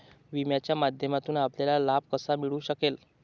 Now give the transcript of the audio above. विम्याच्या माध्यमातून आपल्याला लाभ कसा मिळू शकेल?